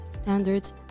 standards